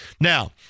Now